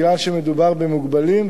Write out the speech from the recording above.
מכיוון שמדובר במוגבלים,